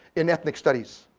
in ethnic studies,